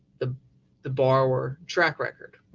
the the borrower track record,